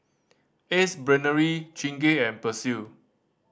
Ace Brainery Chingay and Persil